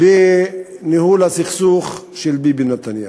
בניהול הסכסוך של ביבי נתניהו,